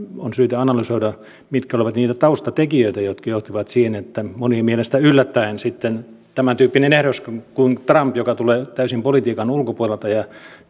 on syytä analysoida mitkä olivat niitä taustatekijöitä jotka johtivat siihen että monien mielestä yllättäen sitten valittiin tämäntyyppinen ehdokas kuin trump joka tulee täysin politiikan ulkopuolelta ja